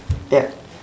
yup